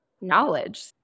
knowledge